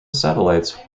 satellites